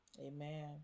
Amen